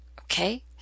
okay